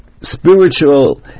spiritual